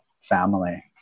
family